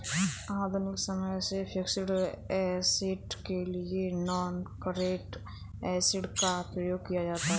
आधुनिक समय में फिक्स्ड ऐसेट के लिए नॉनकरेंट एसिड का प्रयोग किया जाता है